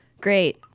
Great